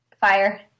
Fire